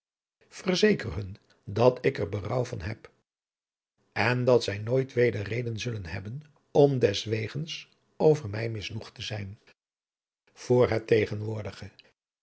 hun dat ik er berouw van heb en dat zij nooit weder reden zullen hebben om deswegens over mij misnoegd te zijn voor het tegenwoordige